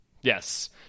Yes